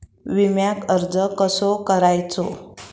विम्याक अर्ज कसो करायचो?